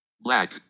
Black